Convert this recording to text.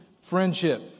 friendship